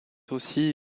aussi